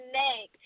neck